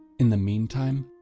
in the meantime,